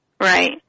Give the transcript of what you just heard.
Right